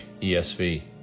ESV